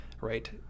right